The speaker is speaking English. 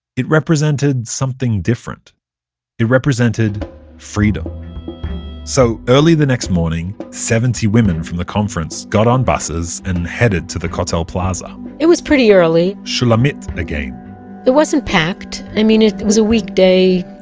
it represented something different it represented freedom freedom so, early the next morning, seventy women from the conference got on buses and headed to the kotel plaza it was pretty early shulamit again it wasn't packed. i mean it was a weekday.